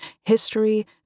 history